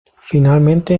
finalmente